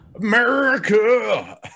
america